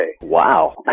Wow